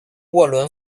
沃伦